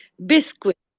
biscuits,